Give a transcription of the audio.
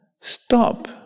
stop